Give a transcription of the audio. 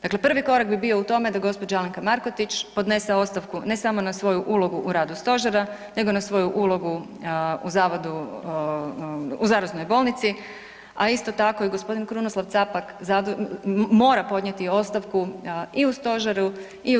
Dakle, prvi korak bi bio u tome da gospođa Alemka Markotić podnese ostavku ne samo na svoju ulogu u radu stožera nego na svoju ulogu u Zaraznoj bolnici, a isto tako i gospodin Krunoslav Capak mora podnijeti ostavku i u stožeru i u HZJZ.